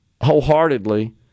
wholeheartedly